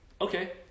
Okay